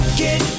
get